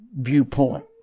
viewpoint